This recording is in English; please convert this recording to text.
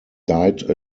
died